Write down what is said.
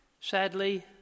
Sadly